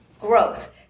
growth